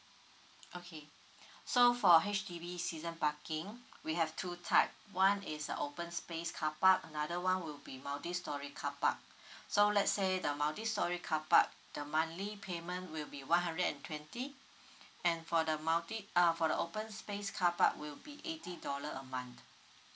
okay so for H_D_B season parking we have two type one is a open space car park another one will be multistorey car park so let's say the multistorey car park the monthly payment will be one hundred and twenty and for the multi uh for the open space car park will be eighty dollar a month